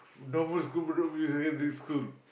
normal school Bedok-View-Secondary-School